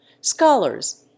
scholars